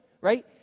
right